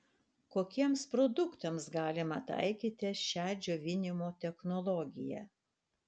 kokiems produktams galima taikyti šią džiovinimo technologiją